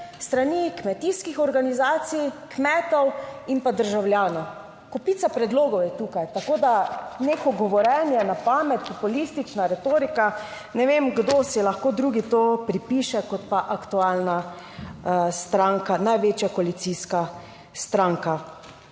strani kmetijskih organizacij, kmetov in pa državljanov. Kopica predlogov je tukaj, tako da neko govorjenje na pamet, populistična retorika, ne vem kdo si lahko drugi to pripiše, kot pa aktualna stranka, največja koalicijska stranka.